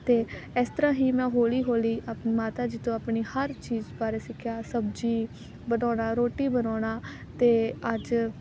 ਅਤੇ ਇਸ ਤਰ੍ਹਾਂ ਹੀ ਮੈਂ ਹੌਲੀ ਹੌਲੀ ਆਪਣੀ ਮਾਤਾ ਜੀ ਤੋਂ ਆਪਣੀ ਹਰ ਚੀਜ਼ ਬਾਰੇ ਸਿੱਖਿਆ ਸਬਜ਼ੀ ਬਣਾਉਣਾ ਰੋਟੀ ਬਣਾਉਣਾ ਅਤੇ ਅੱਜ